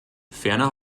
ferner